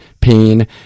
pain